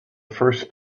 first